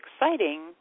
exciting